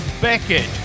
beckett